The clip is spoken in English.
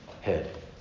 head